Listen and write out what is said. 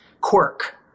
quirk